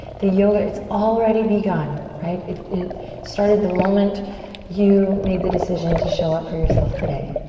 the yoga, it's already begun. right, it it started the moment you made the decision to show up for yourself today.